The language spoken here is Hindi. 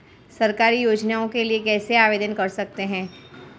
सरकारी योजनाओं के लिए कैसे आवेदन कर सकते हैं?